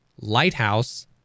Lighthouse